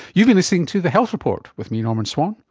you've been listening to the health report with me, norman swan,